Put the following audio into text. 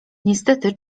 niestety